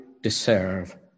deserve